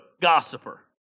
gossiper